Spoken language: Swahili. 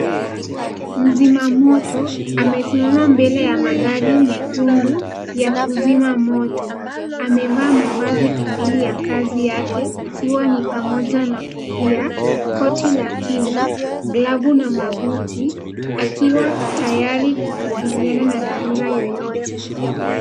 Mzimamoto amesimama mbale ya magari mekundu ya kuzima moto. Amevaa mavazi kamili ya kazi yake ikiwa ni pamoja na kofia, koti la kinga, glovu na mabuti akiwa tayari kukabiliana na dharura yoyote.